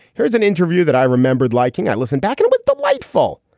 here's an interview that i remembered liking. i listened back and was delightful.